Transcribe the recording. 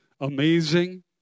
amazing